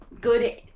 good